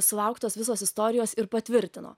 sulauktos visos istorijos ir patvirtino